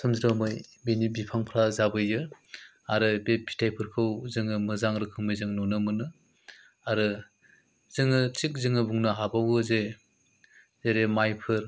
सोमज्रोमै बिनि बिफांफ्रा जाबोयो आरो बे फिथाइफोरखौ जोङो मोजां रोखोमै जोङो नुनो मोनो आरो जोङो थिग जोङो बुंनो हाबावो जे जेरै मायफोर